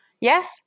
Yes